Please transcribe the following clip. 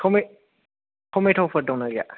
ट'मेट' फोर दङ ना गैया